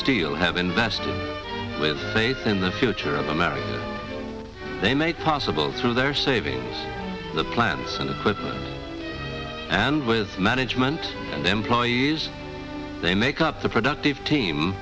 steel have invested with faith in the future of america they made possible through their savings the plants and the person and with management and employees they make up the productive team